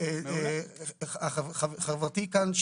חברתי כאן,